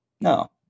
No